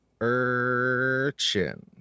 urchin